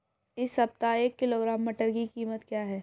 इस सप्ताह एक किलोग्राम मटर की कीमत क्या है?